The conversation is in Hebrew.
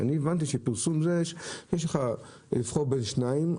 אני הבנתי שבפרסום יש לך לבחור בין שניים,